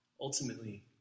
ultimately